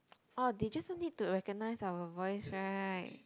oh they just need to recognise our voice right